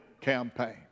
campaign